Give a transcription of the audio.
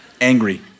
Angry